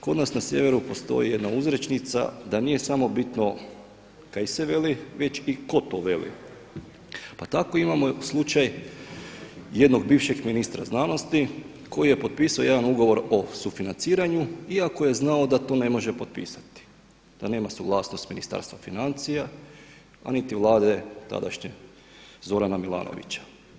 Kod nas na sjeveru postoji jedna uzrečica da nije samo bitno kaj se veli već i tko to veli, pa tako imamo slučaj jednog bivšeg ministra znanosti koji je potpisao jedan ugovor o sufinanciranju iako je znao da to ne može potpisati, da nema suglasnost Ministarstva financija a niti Vlade tadašnje Zorana Milanovića.